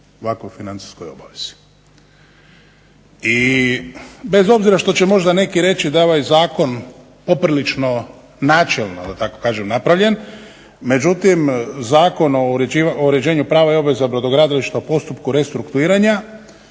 ovako financijskoj obavezi. I bez obzira što će možda neki reći da je ovaj zakon poprilično načelno, da tako kažem napravljen, međutim Zakon o uređenju prava i obveza brodogradilišta u postupku restrukturiranja